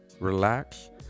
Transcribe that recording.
relax